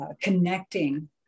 connecting